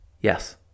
Yes